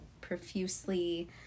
profusely